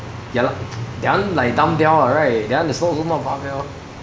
ya lah that one like dumbbell [what] right that one there's no no more barbell